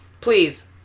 Please